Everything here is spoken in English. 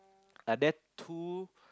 are there two